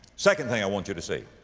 second thing i want you to see.